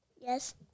Yes